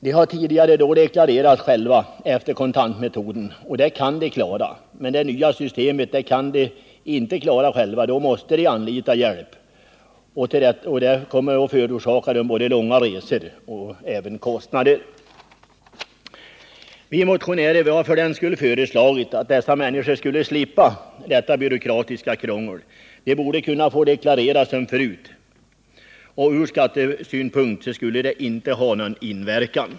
De har tidigare deklarerat själva efter kontantmetoden och det kan de klara av, men det nya systemet klarar de inte utan måste anlita hjälp. Det kommer att förorsaka dem både långa resor och kostnader. Vi motionärer har för den skull föreslagit att dessa människor skall slippa detta byråkratiska krångel. De borde kunna få deklarera som förut — från skattesynpunkt skulle det inte ha någon inverkan.